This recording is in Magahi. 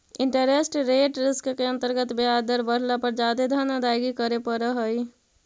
इंटरेस्ट रेट रिस्क के अंतर्गत ब्याज दर बढ़ला पर जादे धन अदायगी करे पड़ऽ हई